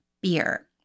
beer